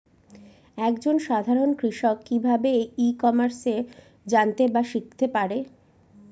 এক জন সাধারন কৃষক কি ভাবে ই কমার্সে জানতে বা শিক্ষতে পারে?